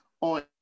on